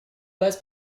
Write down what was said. bases